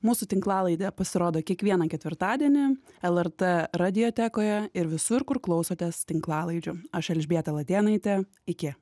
mūsų tinklalaidė pasirodo kiekvieną ketvirtadienį lrt radiotekoje ir visur kur klausotės tinklalaidžių aš elžbieta latėnaitė iki